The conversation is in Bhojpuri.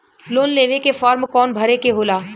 लोन लेवे के फार्म कौन भरे के होला?